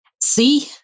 See